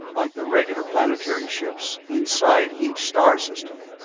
like the regular planetary ships, inside each star-system.